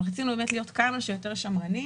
אבל רצינו להיות כמה שיותר שמרנים.